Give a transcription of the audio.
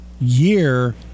year